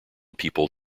people